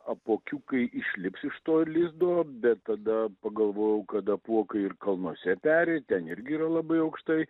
apuokiukai išlips iš to lizdo bet tada pagalvojau kad apuokai ir kalnuose peri ten irgi yra labai aukštai